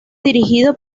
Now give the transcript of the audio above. dirigido